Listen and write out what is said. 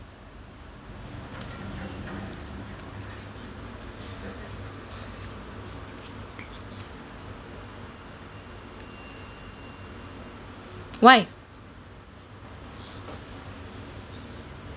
why